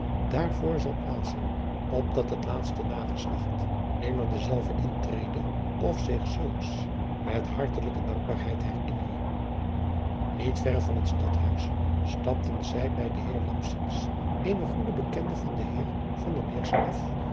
voor zal plaatsen opdat het laatste nageslacht nimmer dezelve intrede of zich zulks met hartelijke dankbaarheid herrinnere iet verre van het tadhuis stapten zij bij den eer eenen goeden bekende van den eer af